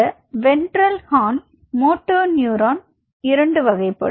இந்த ventral horn motor neuron இரண்டு வகைப்படும்